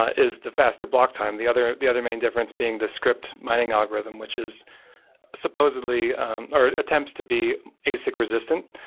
ah is the faster block time. the other the other main difference being the scripts mining algorithm, which is supposedly or attempts to be basic resistant.